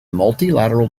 multilateral